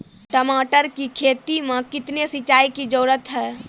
टमाटर की खेती मे कितने सिंचाई की जरूरत हैं?